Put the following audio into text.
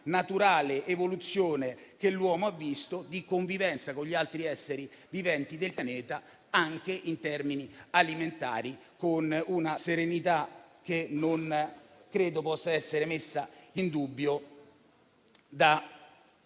della convivenza, che l'uomo ha visto con gli altri esseri viventi del pianeta, anche in termini alimentari, con una serenità che non credo possa essere messa in dubbio da